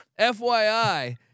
FYI